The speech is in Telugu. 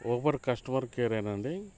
ఊబర్ కస్టమర్ కేర్ ఏనా అండి